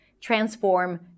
transform